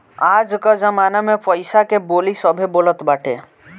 आज कअ जमाना में पईसा के बोली सभे बोलत बाटे